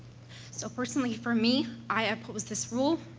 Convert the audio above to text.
so, personally, for me, i oppose this rule,